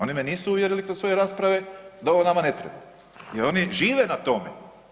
Oni me nisu uvjerili kroz svoje rasprave da ovo nama ne treba, jer oni žive na tome.